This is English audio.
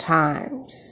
times